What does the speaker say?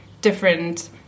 different